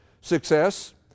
success